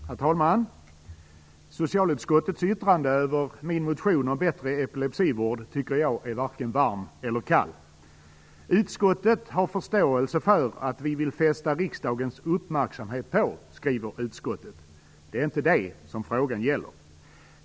Herr talman! Socialutskottets yttrande över min motion om bättre epilepsivård är varken varmt eller kallt, tycker jag. "Utskottet har förståelse för att motionärerna har velat fästa riksdagens uppmärksamhet på -", skriver utskottet. Det är inte det som frågan gäller.